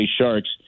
Sharks